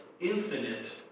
infinite